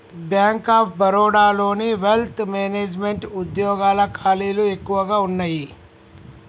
bank of బరోడాలోని wealth management వుద్యోగాల ఖాళీలు ఎక్కువగా వున్నయ్యి